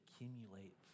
accumulate